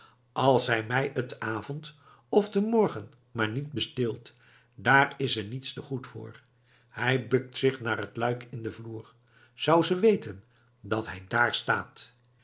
als zij mij t'avond of te morgen maar niet besteelt daar is ze niets te goed voor hij bukt zich naar t luik in den vloer zou ze weten dat hij dààr staat